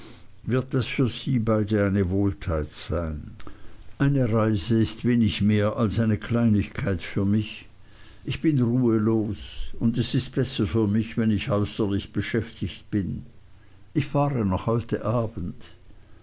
wird das für sie beide eine wohltat sein eine reise ist wenig mehr als eine kleinigkeit für mich ich bin ruhelos und es ist besser für mich wenn ich äußerlich beschäftigt bin ich fahre noch heute abends